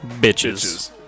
bitches